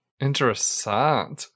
Interesting